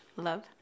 love